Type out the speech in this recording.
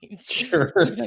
sure